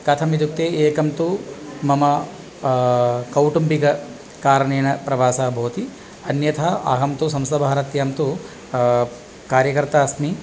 कथम् इत्युक्ते एकं तु मम कौटुम्बिककारणेन प्रवासः भवति अन्यथा अहं तु संस्कृतभारत्यां तु कार्यकर्ता अस्मि